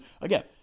Again